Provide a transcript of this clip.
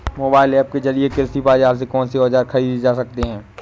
Mobile app के जरिए कृषि बाजार से कौन से औजार ख़रीदे जा सकते हैं?